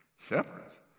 Shepherds